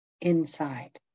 inside